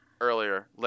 earlier